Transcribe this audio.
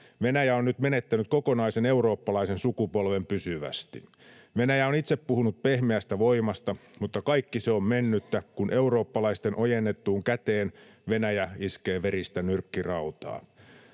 Venäjä on nyt menettänyt kokonaisen eurooppalaisen sukupolven pysyvästi. Venäjä on itse puhunut pehmeästä voimasta, mutta kaikki se on mennyttä, kun eurooppalaisten ojennettuun käteen Venäjä iskee veristä nyrkkirautaa.